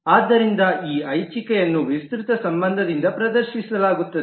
ಆದ್ದರಿಂದ ಈ ಐಚ್ಛಿಕಯನ್ನು ವಿಸ್ತೃತ ಸಂಬಂಧದಿಂದ ಪ್ರದರ್ಶಿಸಲಾಗುತ್ತದೆ